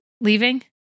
leaving